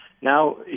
now